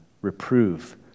Reprove